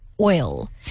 oil